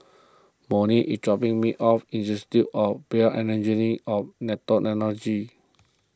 Monnie is dropping me off Institute of BioEngineering of Nanotechnology